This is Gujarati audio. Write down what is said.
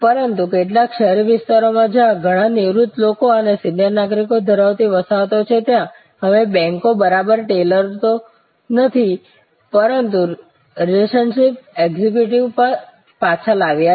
પરંતુ કેટલાક શહેરી વિસ્તારોમાં જ્યાં ઘણા નિવૃત્ત લોકો અને સિનિયર નાગરિકો ધરાવતી વસાહતો છે ત્યાં હવે બેંકો બરાબર ટેલર તો નહીં પરંતુ રિલેશનશિપ એક્ઝિક્યુટિવ્સ જ પાછા લાવ્યા છે